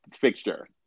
fixture